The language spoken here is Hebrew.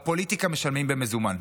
בפוליטיקה משלמים במזומן,